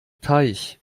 teich